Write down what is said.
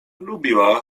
lubiła